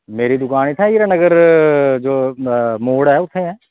मेरी दुकान हीरानगर मोड़ ऐ उत्थें